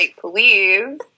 please